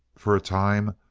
for a time,